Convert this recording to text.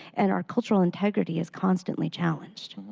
and our cultural integrity is constantly challenged.